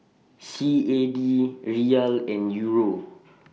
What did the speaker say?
C A D Riyal and Euro